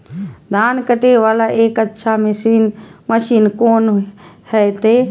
धान कटे वाला एक अच्छा मशीन कोन है ते?